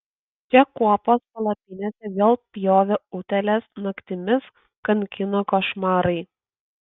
čia kuopos palapinėse vėl pjovė utėlės naktimis kankino košmarai